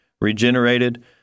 regenerated